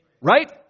Right